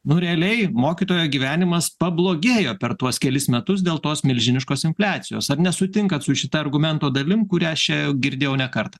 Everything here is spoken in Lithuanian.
nu realiai mokytojo gyvenimas pablogėjo per tuos kelis metus dėl tos milžiniškos infliacijos ar nesutinkat su šita argumento dalim kurią aš čia jau girdėjau ne kartą